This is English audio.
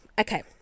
okay